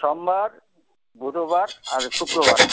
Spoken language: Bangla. সোমবার বুধবার আর শুক্রবার